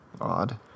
Odd